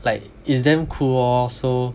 like it's damn cool lor so